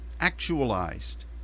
actualized